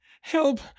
help